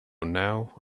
now